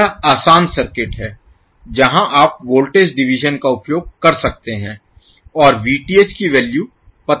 यह आसान सर्किट है जहां आप वोल्टेज डिवीजन का उपयोग कर सकते हैं और Vth की वैल्यू पता लगा सकते हैं